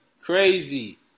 Crazy